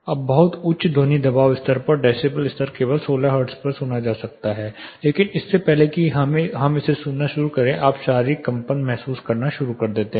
अब बहुत उच्च ध्वनि दबाव स्तर या डेसिबल स्तर केवल 16 हर्ट्ज पर सुना जा सकता है लेकिन इससे पहले कि हम इसे सुनना शुरू करें आप शारीरिक कंपन महसूस करना शुरू कर देते हैं